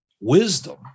wisdom